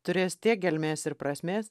turės tiek gelmės ir prasmės